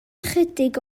ychydig